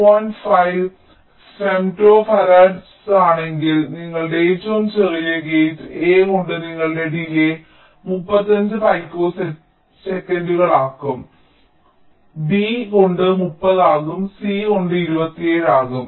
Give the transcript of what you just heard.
5 ഫെംറ്റോഫാരഡുകളാണെങ്കിൽ നിങ്ങളുടെ ഏറ്റവും ചെറിയ ഗേറ്റ് A കൊണ്ട് നിങ്ങളുടെ ഡിലേയ് 35 പിക്കോസെക്കൻഡുകൾ ആകും B കൊണ്ട് 30 ആകും C കൊണ്ട് 27 ആകും